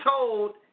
told